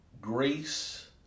grace